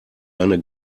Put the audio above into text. eine